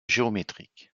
géométriques